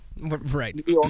Right